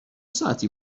ساعتی